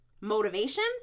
motivation